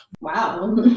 Wow